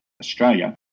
Australia